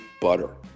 butter